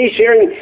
sharing